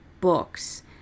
books